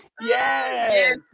Yes